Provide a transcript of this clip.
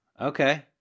okay